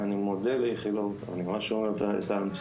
בקהילה הערבית ובקהילת